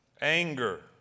Anger